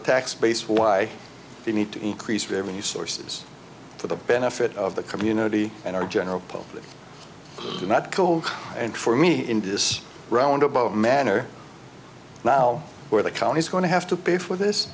tax base why they need to increase revenue sources for the benefit of the community and our general public not cold and for me into this round above manner now where the county is going to have to pay for this